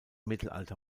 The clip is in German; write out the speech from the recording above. mittelalter